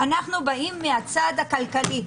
אנחנו באים מהצד הכלכלי,